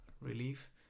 relief